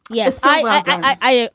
yes, i i.